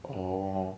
orh